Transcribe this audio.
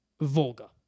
Volga